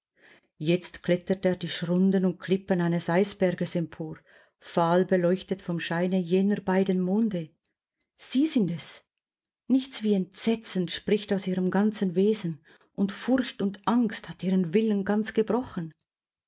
jetzt klettert er die schrunden und klippen eines eisberges empor fahl beleuchtet vom scheine jener beiden monde sie sind es nichts wie entsetzen spricht aus ihrem ganzen wesen und furcht und angst hat ihren willen ganz gebrochen